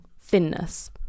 thinness